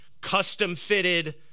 custom-fitted